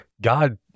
God